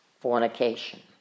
fornication